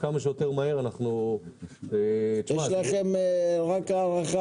כמה שיותר מהר אנחנו --- יש לכם רק הארכה